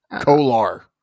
Kolar